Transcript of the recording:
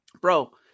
bro